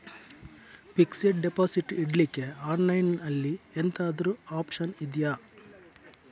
Fixed deposit ಇಡ್ಲಿಕ್ಕೆ online ಅಲ್ಲಿ ಎಂತಾದ್ರೂ ಒಪ್ಶನ್ ಇದ್ಯಾ?